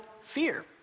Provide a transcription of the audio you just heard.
fear